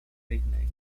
disney